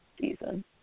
season